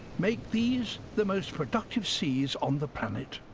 make these the most productive seas on the planet.